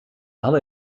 hadden